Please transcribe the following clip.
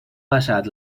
passat